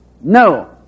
No